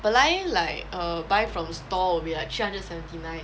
本来 like err buy from store will be like three hundred and seventy nine